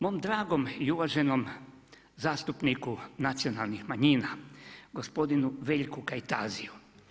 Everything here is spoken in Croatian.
Mom dragom i uvaženom zastupniku nacionalnih manjina, gospodinu Veljku Kajtaziju.